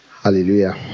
Hallelujah